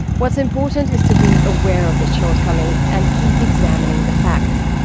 what's important is to be aware of this shortcoming, and keep examining the facts.